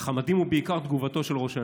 אך המדהים הוא בעיקר תגובתו של ראש הממשלה.